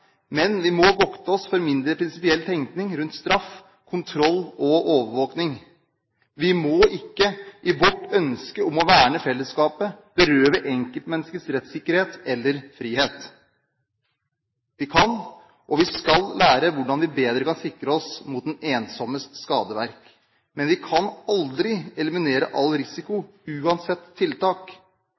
Men vi må vokte oss for mindre prinsipiell tenkning rundt straff, kontroll og overvåkning. Vi må ikke i vårt ønske om å verne fellesskapet berøve enkeltmennesket dets rettssikkerhet eller frihet. Vi kan – og vi skal – lære hvordan vi bedre kan sikre oss mot den ensommes skadeverk. Men vi kan aldri eliminere all risiko, uansett tiltak,